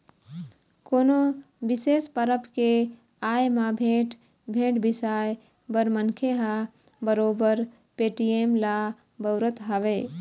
कोनो बिसेस परब के आय म भेंट, भेंट बिसाए बर मनखे ह बरोबर पेटीएम ल बउरत हवय